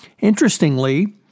Interestingly